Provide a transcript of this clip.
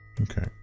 Okay